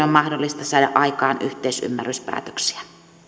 on mahdollista saada aikaan yhteisymmärryspäätöksiä